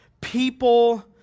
people